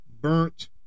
burnt